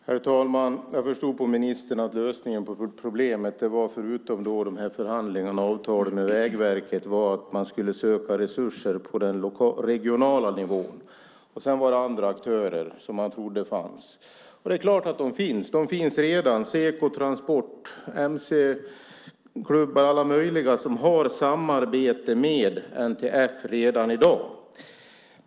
Herr talman! Jag förstod på ministern att lösningen på problemet var, förutom förhandlingarna och avtalen med Vägverket, att man skulle söka resurser på den regionala nivån. Sedan var det andra aktörer, som man trodde fanns. Det är klart att de finns - de finns redan: Seko, Transport, mc-klubbar och alla möjliga som har samarbete med NTF redan i dag.